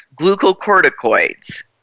glucocorticoids